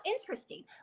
interesting